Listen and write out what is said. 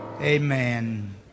Amen